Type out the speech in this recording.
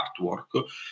artwork